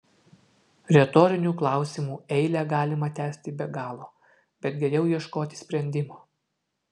retorinių klausimų eilę galima tęsti be galo bet geriau ieškoti sprendimo